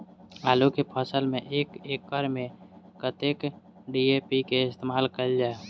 आलु केँ फसल मे एक एकड़ मे कतेक डी.ए.पी केँ इस्तेमाल कैल जाए?